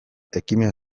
ekimen